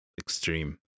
extreme